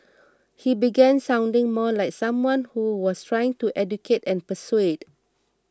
he began sounding more like someone who was trying to educate and persuade